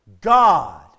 God